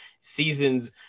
seasons